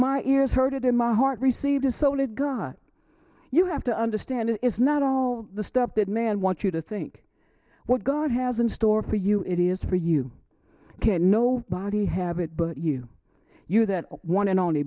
my ears heard it in my heart receive the soul of god you have to understand it is not all the stuff that man wants you to think what god has in store for you it is for you can't no body have it but you you that one and only